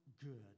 good